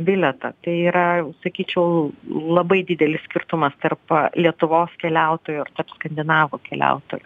bilietą tai yra sakyčiau labai didelis skirtumas tarp lietuvos keliautojo ir tarp skandinavo keliautojo